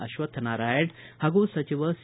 ಅಶ್ವಕ್ಷ ನಾರಾಯಣ ಹಾಗೂ ಸಚಿವ ಸಿ